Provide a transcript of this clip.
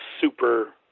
super